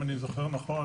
אם אני זוכר נכון,